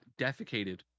defecated